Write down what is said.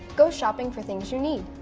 go shopping for things you need.